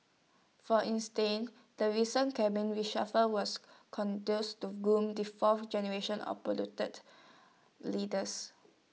for instance the recent cabinet reshuffle was conduced to groom the fourth generation of polluted leaders